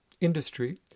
industry